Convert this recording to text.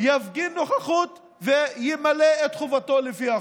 יפגין נוכחות וימלא את חובתו לפי החוק.